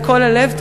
מכל הלב.